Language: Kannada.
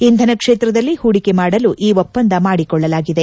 ಇಂಧನ ಕ್ಷೇತ್ರದಲ್ಲಿ ಹೂಡಿಕೆ ಮಾಡಲು ಈ ಒಪ್ಪಂದ ಮಾಡಿಕೊಳ್ಳಲಾಗಿದೆ